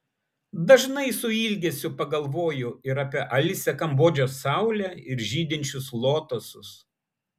dažnai su ilgesiu pagalvoju ir apie alsią kambodžos saulę ir žydinčius lotosus